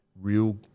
real